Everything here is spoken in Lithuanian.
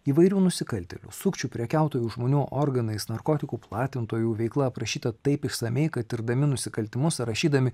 įvairių nusikaltėlių sukčių prekiautojų žmonių organais narkotikų platintojų veikla aprašyta taip išsamiai kad tirdami nusikaltimus ar rašydami